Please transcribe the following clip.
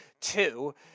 Two